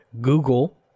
Google